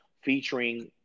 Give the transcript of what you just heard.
featuring